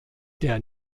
der